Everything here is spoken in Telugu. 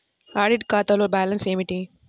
ఆడిట్ ఖాతాలో బ్యాలన్స్ ఏమిటీ?